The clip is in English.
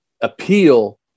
appeal